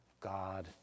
God